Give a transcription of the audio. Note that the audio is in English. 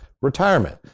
retirement